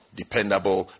dependable